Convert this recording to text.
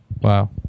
Wow